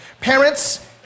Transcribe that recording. Parents